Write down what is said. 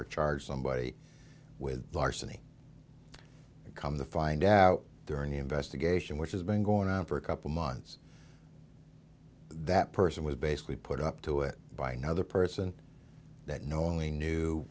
or charge somebody with larceny and come to find out during the investigation which has been going on for a couple months that person was basically put up to it by another person that knowingly knew